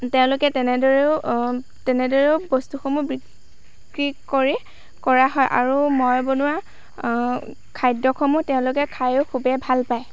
তেওঁলোকে তেনেদৰেও তেনেদৰেও বস্তুসমূহ বিক্ৰী কৰি কৰা হয় আৰু মই বনোৱা খাদ্যসমূহ তেওঁলোকে খায়ো খুবেই ভাল পায়